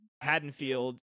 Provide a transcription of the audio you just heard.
Haddonfield